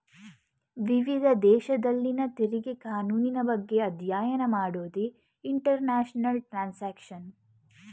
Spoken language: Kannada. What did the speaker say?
ವಿವಿಧ ದೇಶದಲ್ಲಿನ ತೆರಿಗೆ ಕಾನೂನಿನ ಬಗ್ಗೆ ಅಧ್ಯಯನ ಮಾಡೋದೇ ಇಂಟರ್ನ್ಯಾಷನಲ್ ಟ್ಯಾಕ್ಸ್ಯೇಷನ್